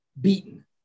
beaten